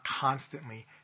constantly